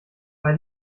bei